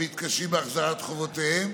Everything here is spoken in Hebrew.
המתקשים בהחזרת חובותיהם,